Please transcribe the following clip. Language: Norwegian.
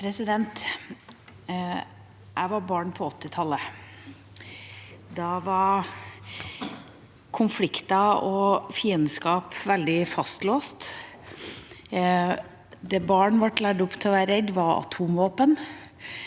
Jeg var barn på åttitallet. Da var konfliktene og fiendeskapene veldig fastlåste. Det barn ble lært opp til å være redd, var atomvåpen.